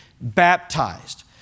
baptized